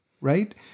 right